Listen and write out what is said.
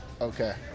Okay